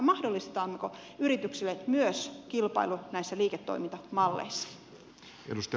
mahdollistetaanko yrityksille myös kilpailu näissä liiketoimintamalleissa